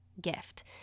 gift